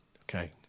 Okay